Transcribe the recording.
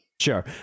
sure